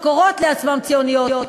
שקוראות לעצמן ציוניות,